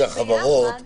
אבל אומר לך נציג החברות